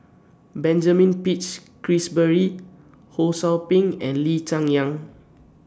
Benjamin Peach Keasberry Ho SOU Ping and Lee Cheng Yan